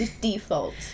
default